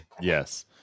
Yes